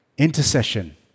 Intercession